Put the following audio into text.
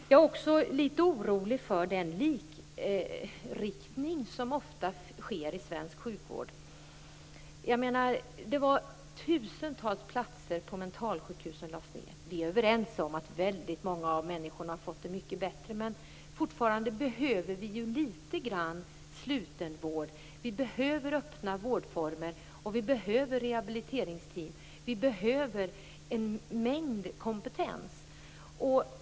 Jag är också litet orolig över den likriktning som ofta sker i svensk sjukvård. Det var tusentals platser på mentalsjukhusen när de lades ned. Vi är överens om att många av människorna har fått det mycket bättre. Men vi behöver fortfarande en viss mängd slutenvård, vi behöver öppna vårdformer och vi behöver rehabiliteringsteam. Vi behöver en mängd kompetens.